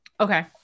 Okay